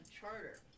charter